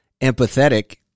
empathetic